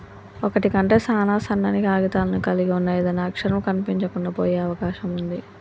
ఒకటి కంటే సాన సన్నని కాగితాలను కలిగి ఉన్న ఏదైనా అక్షరం కనిపించకుండా పోయే అవకాశం ఉంది